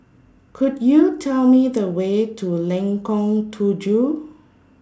Could YOU Tell Me The Way to Lengkong Tujuh